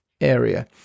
area